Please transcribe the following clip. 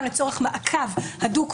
גם לצורך מעקב הדוק,